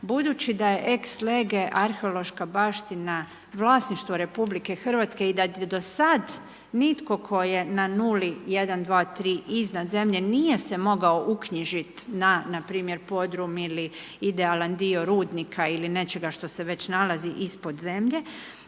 budući da je ex-lege arheološka baština vlasništvo RH i da je do sad nitko tko je na nuli, jedan, dva, tri iznad zemlje nije se mogao uknjižit na npr. podrum ili idealan dio rudnika ili nečega što se već nalazi ispod zemlje.